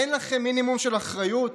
אין לכם מינימום של אחריות?